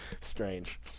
Strange